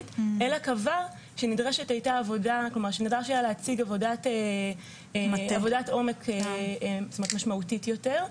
אלא קבע שנדרש היה להציג עבודת עומק משמעותית יותר,